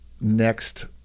next